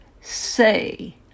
Say